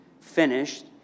finished